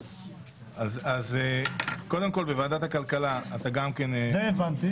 אז קודם כול בוועדת הכלכלה אתה גם כן --- זה הבנתי.